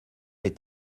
est